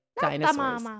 dinosaurs